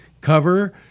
cover